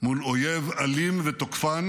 מול אויב אלים ותוקפן